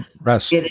Rest